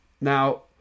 Now